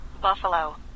Buffalo